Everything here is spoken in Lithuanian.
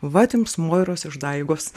vat jums moiros išdaigos